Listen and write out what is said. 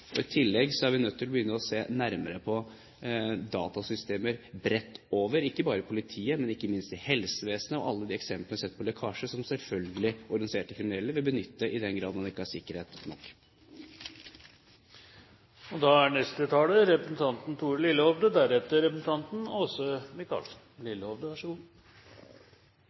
I tillegg er vi nødt til å begynne å se nærmere på datasystemer jevnt over, ikke bare i politiet, men ikke minst i helsevesenet, med alle de eksemplene vi har sett på lekkasjer, som organiserte kriminelle selvfølgelig vil benytte i den grad man ikke har sikkerhet